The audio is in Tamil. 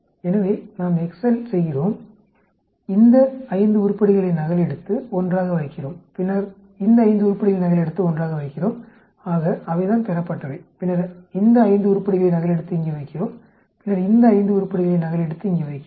எனவே நாம் எக்செல் செய்கிறோம் இந்த 5 உருப்படிகளை நகலெடுத்து ஒன்றாக வைக்கிறோம் பின்னர் இந்த 5 உருப்படிகளை நகலெடுத்து ஒன்றாக வைக்கிறோம் ஆக அவைதான் பெறப்பட்டவை பின்னர் இந்த 5 உருப்படிகளை நகலெடுத்து இங்கே வைக்கிறோம் பின்னர் இந்த 5 உருப்படிகளை நகலெடுத்து இங்கே வைக்கிறோம்